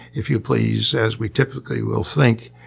if you please, as we typically will think,